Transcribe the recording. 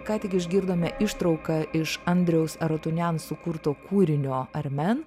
ką tik išgirdome ištrauką iš andriaus arutunjan sukurto kūrinio armen